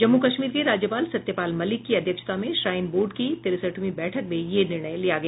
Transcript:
जम्मू कश्मीर के राज्यपाल सत्यपाल मलिक की अध्यक्षता में श्राइन बोर्ड की तिरसठवीं बैठक में यह निर्णय लिया गया